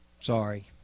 Sorry